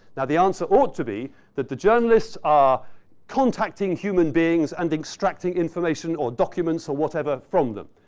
now, the answer ought to be that the journalists are contacting human beings and extracting information or documents or whatever from them,